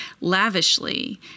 lavishly